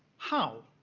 how?